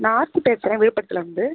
நான் ஆர்த்தி பேசுகிறேன் விழுப்புரத்துலேந்து